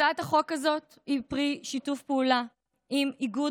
הצעת החוק הזאת היא פרי שיתוף פעולה עם איגוד